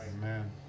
Amen